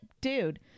dude